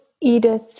Edith